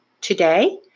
today